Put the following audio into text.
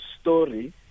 story